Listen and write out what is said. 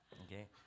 Okay